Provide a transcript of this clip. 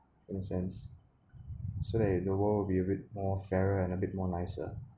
in a sense so they the world will be a bit more fairer and a bit more nicer